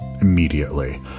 immediately